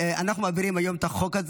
אנחנו מעבירים היום את החוק הזה.